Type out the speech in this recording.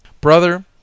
brother